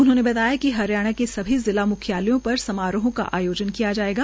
उन्होंने कहा कि हरियाणा के सभी जिला मुख्यालयों पर समारोह का आयोजन किया जायेगा